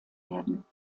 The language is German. werden